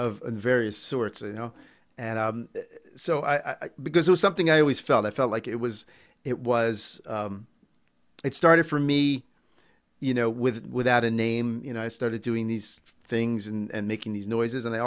of various sorts you know and so i think because it was something i always felt i felt like it was it was it started for me you know with without a name you know i started doing these things and making these noises and